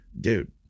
dude